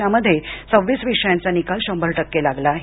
त्यामध्ये सव्वीस विषयांचा निकाल शंभर टक्के लागला आहे